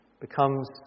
becomes